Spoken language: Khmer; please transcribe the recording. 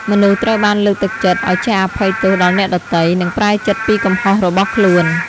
មនុស្សត្រូវបានលើកទឹកចិត្តឱ្យចេះអភ័យទោសដល់អ្នកដទៃ និងប្រែចិត្តពីកំហុសរបស់ខ្លួន។